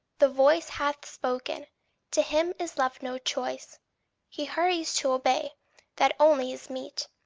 the voice hath spoken to him is left no choice he hurries to obey that only is meet.